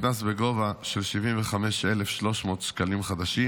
קנס בגובה 75,300 שקלים חדשים,